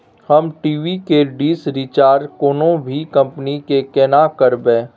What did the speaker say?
हम टी.वी के dish recharge कोनो भी कंपनी के केना करबे?